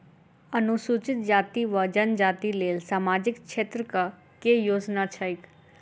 अनुसूचित जाति वा जनजाति लेल सामाजिक क्षेत्रक केँ योजना छैक?